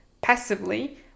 passively